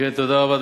תודה רבה.